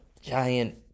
Giant